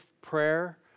prayer